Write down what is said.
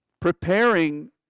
Preparing